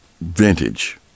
vintage